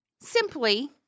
Simply